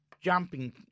jumping